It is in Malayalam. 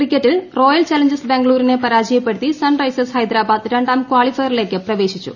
ക്രിക്കറ്റിൽ റോയൽ ചലഞ്ചേഴ്സ് ബാംഗ്ലൂരിനെ പരാജയപ്പെടുത്തി സൺറൈസേഴ്സ് ഹൈദരാബാദ് രണ്ടാം കാളിഫയറിലേക്ക് പ്രവേശിച്ചു